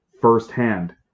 firsthand